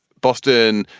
boston,